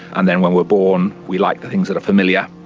and then when we are born we like the things that are familiar,